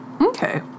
Okay